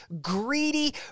greedy